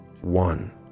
one